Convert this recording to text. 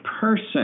person